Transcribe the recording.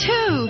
Two